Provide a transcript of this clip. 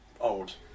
old